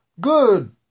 Good